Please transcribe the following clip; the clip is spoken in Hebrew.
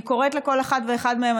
אני קוראת לכל אחד ואחד מהם,